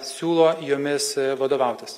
siūlo jomis vadovautis